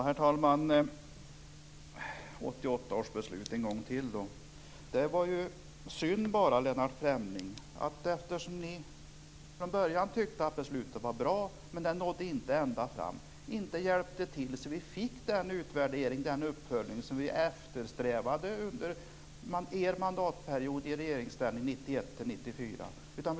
Herr talman! Återigen vill jag beträffande 1988 års beslut säga att eftersom ni från början tyckte att beslutet var bra men att det inte nådde ända fram, var det synd att ni inte hjälpte till så att vi fick den utvärdering och den uppföljning som vi eftersträvade under er mandatperiod i regeringsställning 1991-1994.